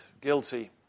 guilty